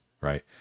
right